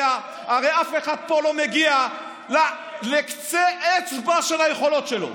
הרי אף אחד פה לא מגיע לקצה אצבע של היכולות שלו.